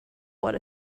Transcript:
what